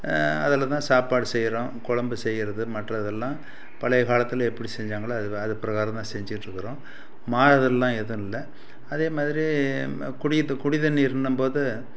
அதில் தான் சாப்பாடு செய்றோம் கொழம்பு செய்வது மற்றதெலாம் பழைய காலத்தில் எப்படி செஞ்சாங்களோ அதுமாரி அது பிரகாரம் தான் செஞ்சுட்டு இருக்கிறோம் மாறுதலெல்லாம் ஏதும் இல்லை அதே மாதிரி குடி இப்போ குடி தண்ணீர் இருந்தம்போது